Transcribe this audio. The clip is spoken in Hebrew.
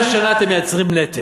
65 שנה אתם מייצרים נטל,